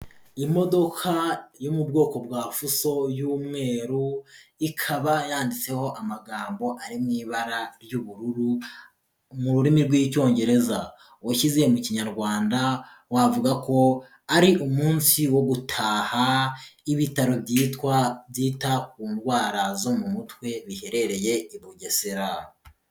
Imodoka yo mu bwoko bwafuso y'umweru ikaba yanditseho amagambo ari mu ibara ry'ubururu mu rurimi rw'icyongereza, ushyize mu kinyarwanda wavuga ko ari umunsi wo gutaha ibitaro byita ku ndwara zo mu mutwe biherereye i Bugesera.